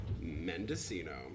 Mendocino